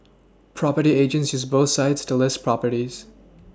property agents use both sites to list properties